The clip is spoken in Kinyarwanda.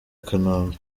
kanombe